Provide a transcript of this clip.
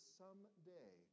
someday